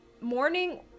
morning